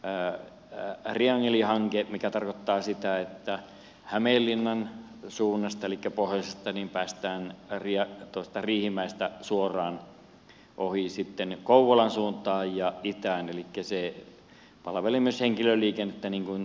ää volyymia myös riihimäen triangelihanke mikä tarkoittaa sitä että hämeenlinnan suunnasta elikkä pohjoisesta päästään riihimäeltä suoraan ohi kouvolan suuntaan ja itään elikkä se palvelee myös henkilöliikennettä niin kuin rautatieliikennettäkin